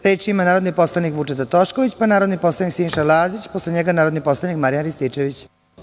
Reč ima narodni poslanik Vučeta Tošković, pa narodni poslanik Siniša Lazić, posle njega narodni poslanik Marjan Rističević.